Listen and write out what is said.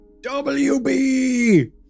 WB